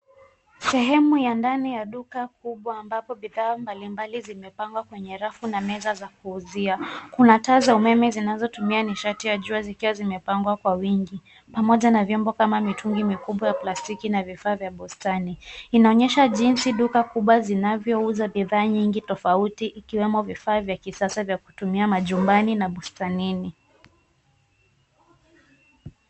Sehemu ya ndani ya duka kubwa ambapo bidhaa mbalimbali zimepangwa kwenye rafu na meza za kuuzia. Kuna taa za umeme zinazotumia nishati ya jua zikiwa zimepangwa kwa wingi pamoja na vyombo kama mitungi mikubwa ya plastiki na vifaa vya bustani. Inaonyesha jinsi duka kubwa zinavyouza bidhaa nyingi tofauti ikiwemo vifaa vya kisasa vya kutumia majumbani na bustanini.